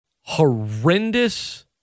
horrendous